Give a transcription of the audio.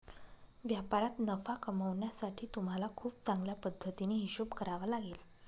व्यापारात नफा कमावण्यासाठी तुम्हाला खूप चांगल्या पद्धतीने हिशोब करावा लागेल